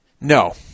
No